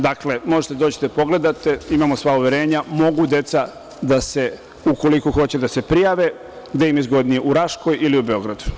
Dakle, možete da dođete da pogledate, imamo sva uverenja, mogu deca da se, ukoliko hoće da se prijave, gde im je zgodnije, u Raškoj ili u Beogradu.